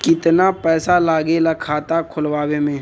कितना पैसा लागेला खाता खोलवावे में?